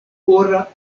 ora